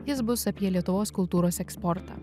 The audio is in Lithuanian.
jis bus apie lietuvos kultūros eksportą